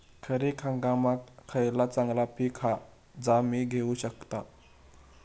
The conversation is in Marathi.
खरीप हंगामाक खयला चांगला पीक हा जा मी घेऊ शकतय?